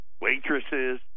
Waitresses